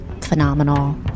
phenomenal